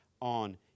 on